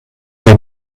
hier